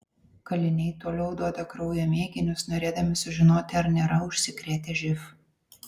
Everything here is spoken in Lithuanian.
kaliniai toliau duoda kraujo mėginius norėdami sužinoti ar nėra užsikrėtę živ